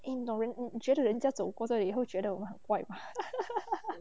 eh 你懂人你觉得人家走过这里会觉得我们很怪吗